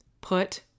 Put